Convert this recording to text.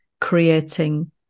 Creating